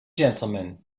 gentlemen